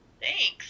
Thanks